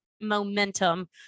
momentum